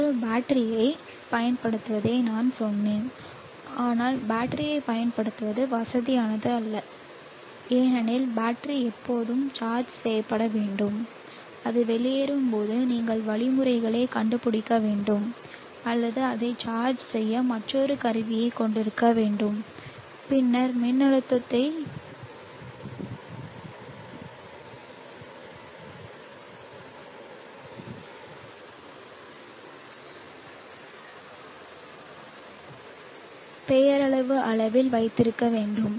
ஒரு பேட்டரியைப் பயன்படுத்துவதை நான் சொன்னேன் ஆனால் பேட்டரியைப் பயன்படுத்துவது வசதியானது அல்ல ஏனெனில் பேட்டரி எப்போதும் சார்ஜ் செய்யப்பட வேண்டும் அது வெளியேறும் போது நீங்கள் வழிமுறைகளைக் கண்டுபிடிக்க வேண்டும் அல்லது அதை சார்ஜ் செய்ய மற்றொரு கருவியைக் கொண்டிருக்க வேண்டும் பின்னர் மின்னழுத்தத்தை பெயரளவு அளவில் வைத்திருக்க வேண்டும்